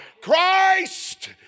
Christ